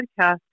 podcast